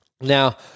Now